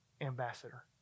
ambassador